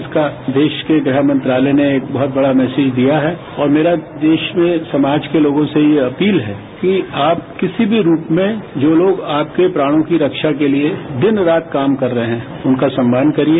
इसका देश के गृह मंत्रालय ने एक बहुत बड़ा मैसेज दिया है और मेरा देश में समाज के लोगों से यह अपील है कि आप किसी भी रूप में जो लोग आपके प्राणों की रक्षा के लिए दिन रात काम कर रहे हैं उनका सम्मान करिए